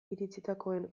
iritsitakoen